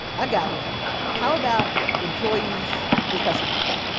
i got one how about employees and customers?